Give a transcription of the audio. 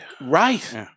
Right